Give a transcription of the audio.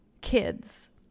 kids